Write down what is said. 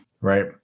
Right